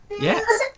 Yes